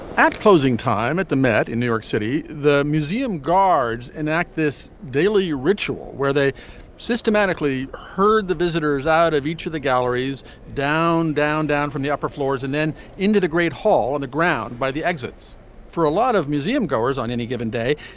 at closing time at the met in new york city the museum guards enact this daily ritual where they systematically herd the visitors out of each of the galleries down down down from the upper floors and then into the great hall on the ground by the exits for a lot of museum goers on any given day.